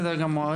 בסדר גמור,